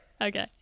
Okay